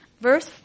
Verse